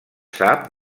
sap